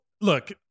look